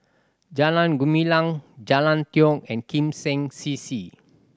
Jalan Gumilang Jalan Tiong and Kim Seng C C